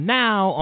now